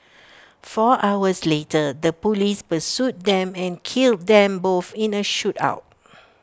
four hours later the Police pursued them and killed them both in A shootout